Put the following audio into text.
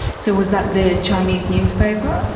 so was that the chinese newspaper?